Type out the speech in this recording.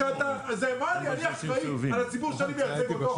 אני אחראי על הציבור שאני מייצג אותו,